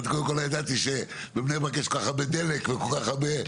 קודם כל לא ידעתי שבבני ברק יש כל כך הרבה דלק וכל כך הרבה,